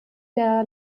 der